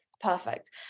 perfect